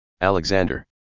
Alexander